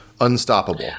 unstoppable